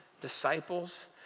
disciples